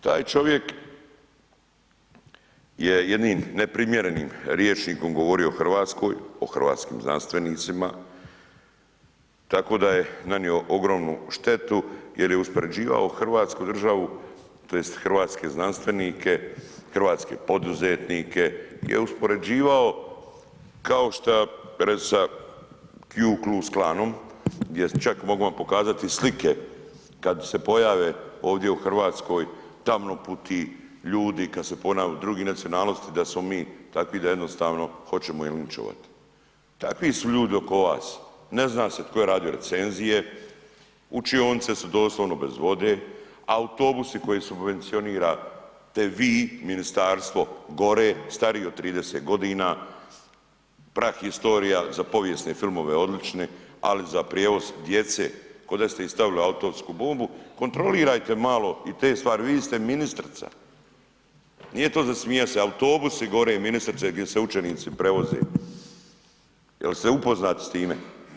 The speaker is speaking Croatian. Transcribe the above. Taj čovjek je jednim neprimjerenim rječnikom govorio o RH, o hrvatskim znanstvenicima, tako da je nanio ogromnu štetu jer je uspoređivao hrvatsku državu tj. hrvatske znanstvenike, hrvatske poduzetnike je uspoređivao kao šta, reći ću sad, qu klux klanom, gdje čak, mogu vam pokazati i slike kad se pojave ovdje u RH tamnoputi ljudi, kad se pojave druge nacionalnosti da smo mi takvi da jednostavno hoćemo ih linčovat, takvi su ljudi oko vas, ne zna se tko je radio recenzije, učionice su doslovno bez vode, autobusi koje subvencionirate vi, ministarstvo, gore, starije od 30.g., prahistorija, za povijesne filmove odlični, ali za prijevoz djece, koda ste im stavili atomsku bombu, kontrolirajte malo i te stvari, vi ste ministrica, nije to za smijat se, autobusi gore ministrice gdje se učenici prevoze, jel ste upoznati s time?